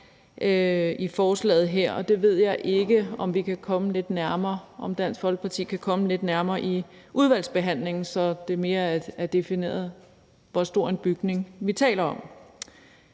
stormoské er. Det ved jeg ikke om vi kan komme lidt nærmere – om Dansk Folkeparti kan komme lidt nærmere – i udvalgsbehandlingen, så det er defineret mere, hvor stor en bygning vi taler om.